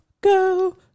go